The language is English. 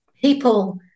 people